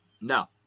No